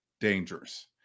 dangerous